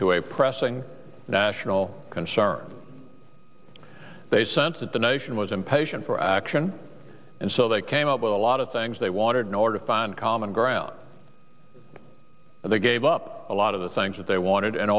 to a pressing national concern they sense that the nation was impatient for action and so they came up with a lot of things they wanted nor to find common ground they gave up a lot of the things that they wanted